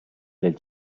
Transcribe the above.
del